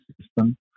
system